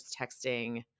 texting